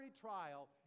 trial